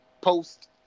post